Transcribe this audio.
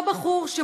אותו בחור,